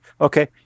okay